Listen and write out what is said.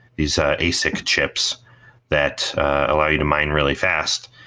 these ah asic chips that allow you to mine really fast,